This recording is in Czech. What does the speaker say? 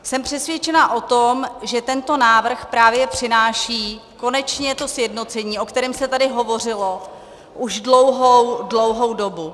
Jsem přesvědčena o tom, že tento návrh právě přináší konečně to sjednocení, o kterém se tady hovořilo už dlouhou dobu.